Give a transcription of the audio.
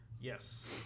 yes